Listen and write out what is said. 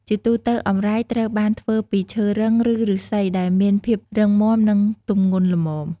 ជាទូទៅ អម្រែកត្រូវបានធ្វើពីឈើរឹង ឬឫស្សីដែលមានភាពរឹងមាំ និងទម្ងន់ល្មម។